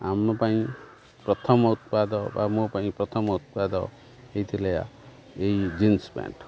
ଆମ ପାଇଁ ପ୍ରଥମ ଉତ୍ପାଦ ବା ମୋ ପାଇଁ ପ୍ରଥମ ଉତ୍ପାଦ ହେଇଥିଲା ଏଇ ଜିନ୍ସ ପ୍ୟାଣ୍ଟ୍